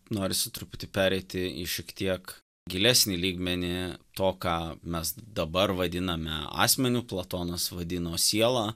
norisi truputį pereiti į šiek tiek gilesnį lygmenį to ką mes dabar vadiname asmeniu platonas vadino sielą